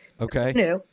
Okay